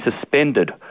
suspended